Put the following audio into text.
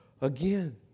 again